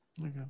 Okay